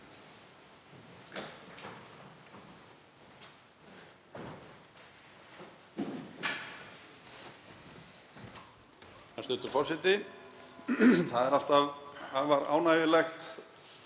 það afar ánægjulegt.